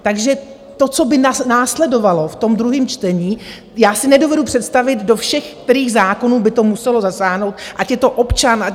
Takže to, co by následovalo v tom druhém čtení, já si nedovedu představit, do všech kterých zákonů by to muselo zasáhnout, ať je to občan...